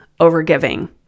overgiving